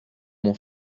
mon